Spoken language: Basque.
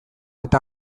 eta